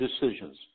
decisions